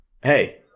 hey